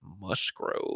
Musgrove